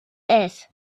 ist